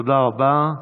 תודה רבה.